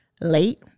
late